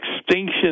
extinction